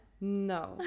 No